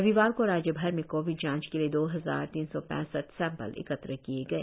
रविवार को राज्यभर में कोविड जांच के लिए दो हजार तीन सौ पैसठ सैंपल एकत्र किए गए